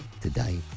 today